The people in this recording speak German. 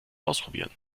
ausprobieren